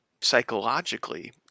psychologically